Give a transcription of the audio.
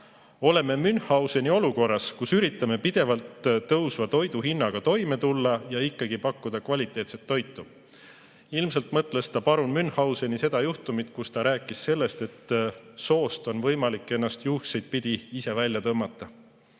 "Oleme Münchhauseni olukorras, kus üritame pidevalt tõusva toiduhinnaga toime tulla ja ikkagi pakkuda kvaliteetset toitu." Ilmselt mõtles ta seda parun Münchhauseni juhtumit, kui parun rääkis sellest, kuidas soost on võimalik ennast ise juukseidpidi välja tõmmata.